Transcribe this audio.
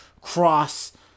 cross